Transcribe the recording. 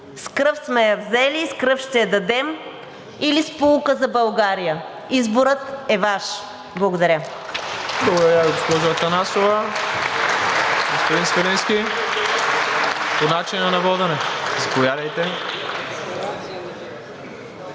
кръв сме я взели, с кръв ще я дадем!“ или „Сполука за България!“ Изборът е Ваш! Благодаря.